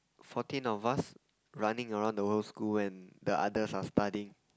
fourteen of us running around the whole school when the others are studying